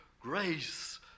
grace